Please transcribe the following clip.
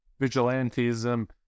vigilantism